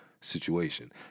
situation